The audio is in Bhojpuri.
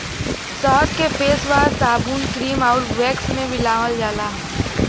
शहद के फेसवाश, साबुन, क्रीम आउर वैक्स में मिलावल जाला